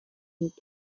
dut